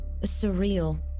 surreal